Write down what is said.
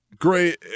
Great